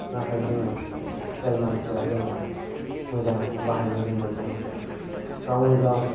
नाथाय जोङो जाय मानसिया जोङो मोजां बाहायनो रोङियाव जोङो गावनो गाव